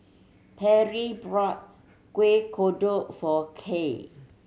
Terri bought Kueh Kodok for Kaye